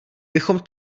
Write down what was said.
bychom